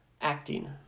acting